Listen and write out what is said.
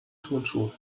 turnschuh